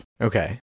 Okay